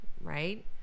right